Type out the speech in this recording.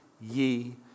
ye